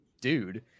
dude